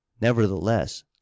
Nevertheless